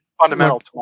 Fundamental